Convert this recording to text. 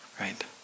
right